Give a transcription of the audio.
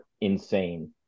insane